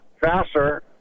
faster